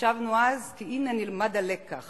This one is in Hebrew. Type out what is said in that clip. חשבנו אז כי הנה נלמד הלקח